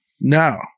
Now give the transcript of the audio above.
no